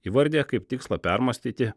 įvardija kaip tikslą permąstyti